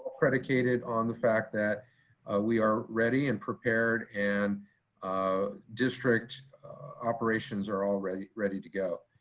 predicated on the fact that we are ready and prepared and um district operations are all ready ready to go.